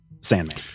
Sandman